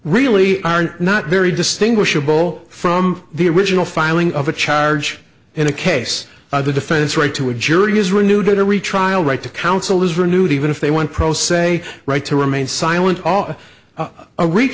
really aren't not very distinguishable from the original filing of a charge in the case of the defendant's right to a jury is renewed every trial right to counsel is renewed even if they want pro se right to remain silent all a r